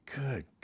Good